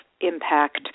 impact